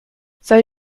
soll